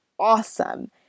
awesome